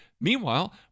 Meanwhile